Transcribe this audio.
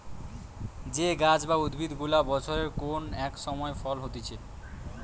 যে গাছ বা উদ্ভিদ গুলা বছরের কোন এক সময় ফল হতিছে